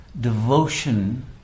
devotion